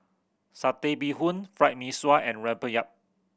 Satay Bee Hoon Fried Mee Sua and rempeyek